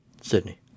Sydney